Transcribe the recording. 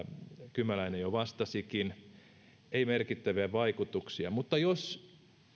kymäläinen jo vastasikin ei merkittäviä vaikutuksia mutta jos